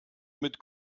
mit